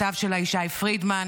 לכתב שלה ישי פרידמן,